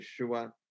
Yeshua